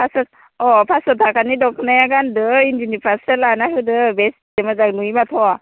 pass छ' अ' पास छ' टाकानि दख'नाया गान्दो इन्दिनि फास्राया लाना होदो बेसे मोजां नुयो माथो